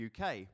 UK